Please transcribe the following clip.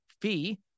fee